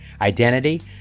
identity